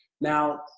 Now